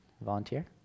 Volunteer